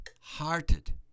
hearted